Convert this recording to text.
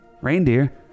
Reindeer